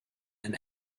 and